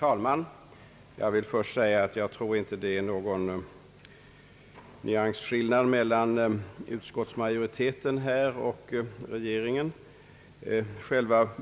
Herr talman! Jag kan inte finna att det är någon nyansskillnad mellan utskottsmajoriteten och regeringen.